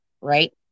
Right